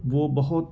وہ بہت